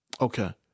okay